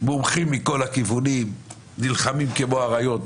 מומחים מכל הכיוונים נלחמים כמו אריות,